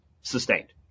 sustained